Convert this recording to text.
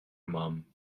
mum